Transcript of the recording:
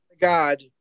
God